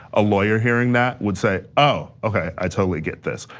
a lawyer hearing that would say, ah okay, i totally get this.